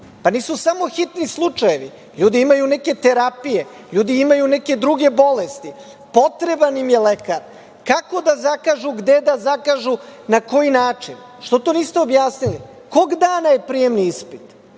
Pa, nisu samo hitni slučajevi. Ljudi imaju neke terapije. Ljudi imaju neke druge bolesti. Potreban im je lekar. Kako da zakažu, gde da zakažu, na koji način? Što to niste objasnili? Kog dana je prijemni ispit?